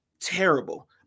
terrible